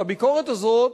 והביקורת הזאת,